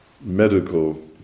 medical